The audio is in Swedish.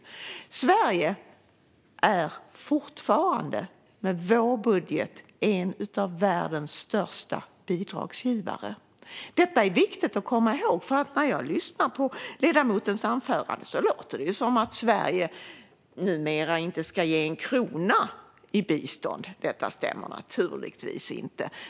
Sverige är fortfarande med vår budget en av världens största bidragsgivare. Det är viktigt att komma ihåg. När jag lyssnar på ledamotens anförande låter det som att Sverige numera inte ska ge en krona i bistånd. Det stämmer naturligtvis inte.